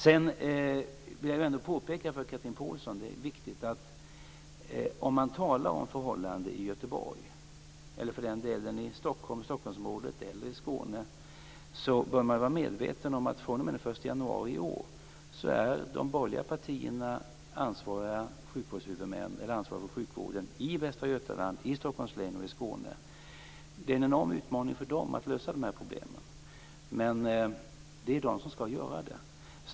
Sedan vill jag påpeka för Chatrine Pålsson att om man talar om förhållandena i Göteborg eller för den delen i Stockholmsområdet eller i Skåne bör man vara medveten om att fr.o.m. den 1 januari i år har de borgerliga partierna ansvar för sjukvården i Västra Götaland, i Stockholms län och i Skåne. Det är en enorm utmaning för dem att lösa problemen, men det är de som skall göra det.